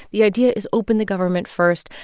the idea is open the government first,